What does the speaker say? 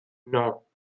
non